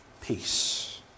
peace